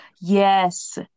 yes